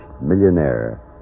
millionaire